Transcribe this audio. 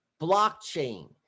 Blockchain